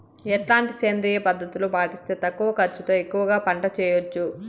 ఎట్లాంటి సేంద్రియ పద్ధతులు పాటిస్తే తక్కువ ఖర్చు తో ఎక్కువగా పంట చేయొచ్చు?